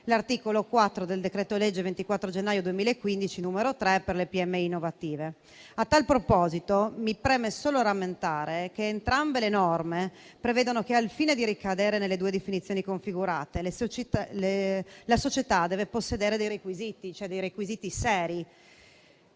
l'articolo 4 del decreto-legge 24 gennaio 2015, n. 3, per le PMI innovative. A tal proposito mi preme solo rammentare che entrambe le norme prevedono che, al fine di ricadere nelle due definizioni configurate, la società deve possedere dei requisiti seri, ad